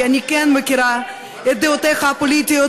כי אני כן מכירה את דעותיך הפוליטיות,